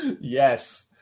Yes